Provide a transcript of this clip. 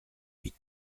huit